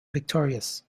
victorious